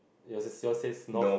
yours yours says north